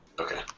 Okay